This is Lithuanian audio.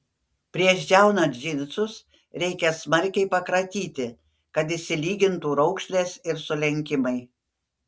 prieš džiaunant džinsus reikia smarkiai pakratyti kad išsilygintų raukšlės ir sulenkimai